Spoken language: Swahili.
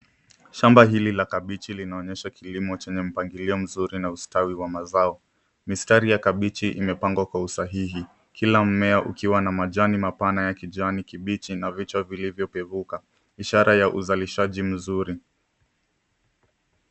Shamba hili la kabichi linaonyesha kilimo chenye mpagilio mzuri na ustawi wa mazao. Mistari ya kabichi umepangwa kwa usahihi, kila mimea ukiwa na majani mapana ya kijani kibichi na vichwa vilivyoibuka, ishara ya uzalishaji mzuri.